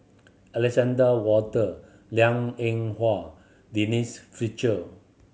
Alexander Wolter Liang Eng Hwa Denise Fletcher